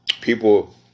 people